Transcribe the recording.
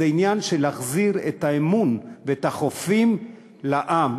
זה עניין של להחזיר את האמון ואת החופים לעם.